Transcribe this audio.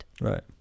Right